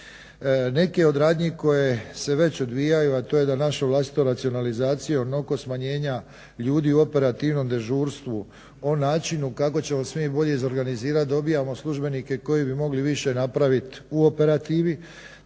Neke od radnji koje se već odvijaju, a to je da naša vlastita racionalizacijom oko smanjenja ljudi u operativnom dežurstvu o načinu kako ćemo se mi bolje izorganizirati dobivamo službenike koji bi mogli više napraviti u operativi.